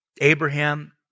Abraham